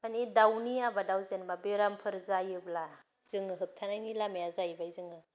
माने दावनि आबादाव जेन'बा बेराम फोर जायोब्ला जोङो होबथानायनि लामाया जाहैबाय जोङो